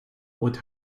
with